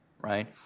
right